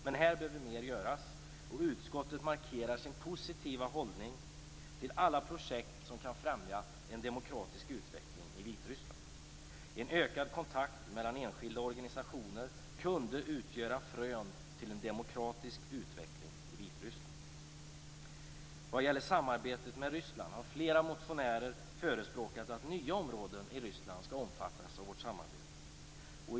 Men här behöver mer göras, och utskottet markerar sin positiva hållning till alla projekt som kan främja en demokratisk utveckling i Vitryssland. En ökad kontakt mellan enskilda organisationer kunde utgöra frön till en demokratisk utveckling i Vitryssland. Vad gäller samarbetet med Ryssland har flera motionärer förespråkat att nya områden i Ryssland skall omfattas av vårt samarbete.